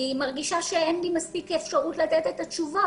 אני מרגישה שאין לי מספיק אפשרות לתת את התשובות.